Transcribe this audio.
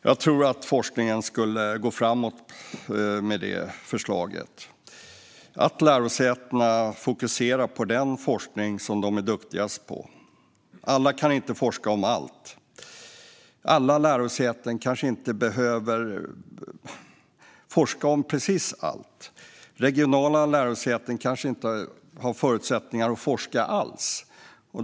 Jag tror att forskningen skulle gå framåt med det förslaget och att lärosätena fokuserar på den forskning de är duktigast på. Alla kan inte forska om allt. Alla lärosäten kanske inte behöver forska om precis allt. Regionala lärosäten kanske inte har förutsättningar att forska alls.